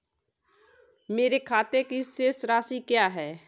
मेरे खाते की शेष राशि क्या है?